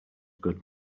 good